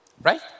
Right